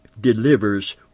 delivers